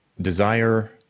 desire